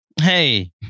Hey